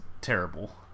terrible